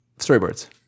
storyboards